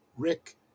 Rick